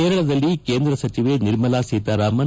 ಕೇರಳದಲ್ಲಿ ಕೇಂದ್ರ ಸಚಿವೆ ನಿರ್ಮಲಾ ಸೀತಾರಾಮನ್